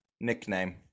Nickname